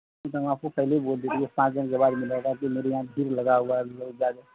آپ کو پہلے ہی بول دیے تھے کہ پانچ دن کے بعد ملے گا کہ میرے یہاں بھیڑ لگا ہوا ہے ابھی بہت زیادہ